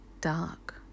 dark